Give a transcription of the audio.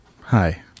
Hi